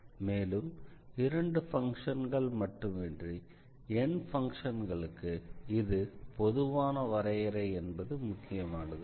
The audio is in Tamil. மேலும் இரண்டு பங்க்ஷன்கள் மட்டுமின்றி n பங்க்ஷன்களுக்கு இது பொதுவான வரையறை என்பது முக்கியமானது